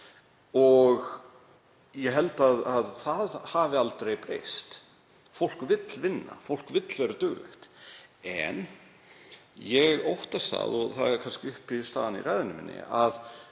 Ég held að það hafi aldrei breyst, fólk vill vinna, fólk vill vera duglegt. En ég óttast, og það var kannski uppistaðan í ræðu minni, að